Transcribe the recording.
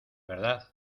verdad